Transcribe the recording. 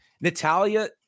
Natalia